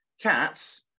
Cats